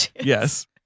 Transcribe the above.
Yes